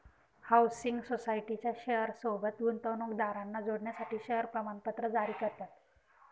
housing सोसायटीच्या share सोबत गुंतवणूकदारांना जोडण्यासाठी शेअर प्रमाणपत्र जारी करतात